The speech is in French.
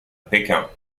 pékin